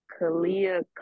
Kalia